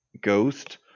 ghost